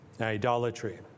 idolatry